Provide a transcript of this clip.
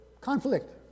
conflict